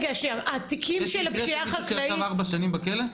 יש מקרה של מישהו שישב ארבע שנים בכלא?